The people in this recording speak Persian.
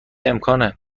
امکان